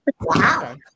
wow